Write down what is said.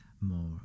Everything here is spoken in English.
more